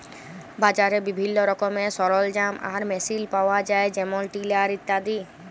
বাজারে বিভিল্ল্য রকমের সরলজাম আর মেসিল পাউয়া যায় যেমল টিলার ইত্যাদি